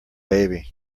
baby